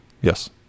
Yes